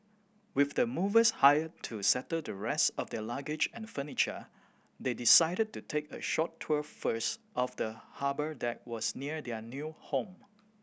with the movers hired to settle the rest of their luggage and furniture they decided to take a short tour first of the harbour that was near their new home